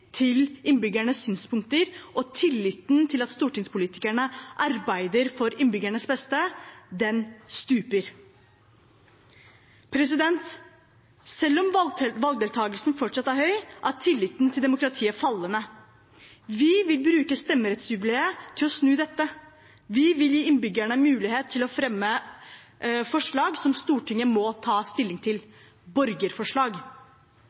til innbyggernes synspunkter og tilliten til at stortingspolitikerne arbeider for innbyggernes beste, stuper. Selv om valgdeltakelsen fortsatt er høy, er tilliten til demokratiet fallende. Vi vil bruke stemmerettsjubileet til å snu dette. Vi vil gi innbyggerne mulighet til å fremme forslag som Stortinget må ta stilling